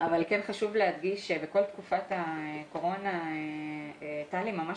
אבל כן חשוב להדגיש שבכל תקופת הקורונה טלי ממש